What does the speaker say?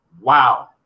wow